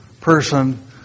person